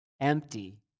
empty